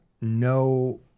no